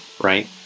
Right